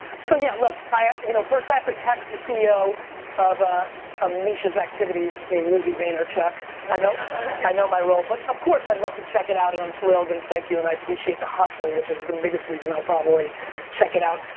so, yeah, look, ah you know first i have to text the ceo of ah ah misha's activities named lizzie vaynerchuk i know i know my role, but of course, i'd love to check it out and i'm thrilled and thank you and i appreciate the hustle which is the biggest reason i'll probably check it out.